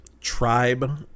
tribe